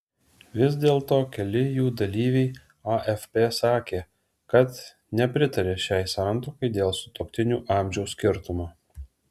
vis dėlto keli jų dalyviai afp sakė kad nepritaria šiai santuokai dėl sutuoktinių amžiaus skirtumo